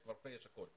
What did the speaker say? יש כבר פ', יש הכול.